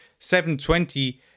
720